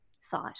site